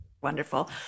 Wonderful